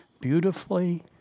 beautifully